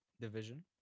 division